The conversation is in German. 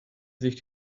sich